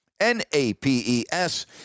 N-A-P-E-S